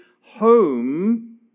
home